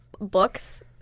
books